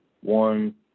one